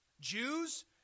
Jews